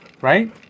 Right